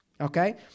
Okay